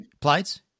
Plates